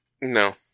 No